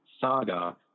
saga